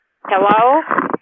Hello